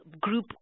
group